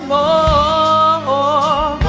oh